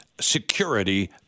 security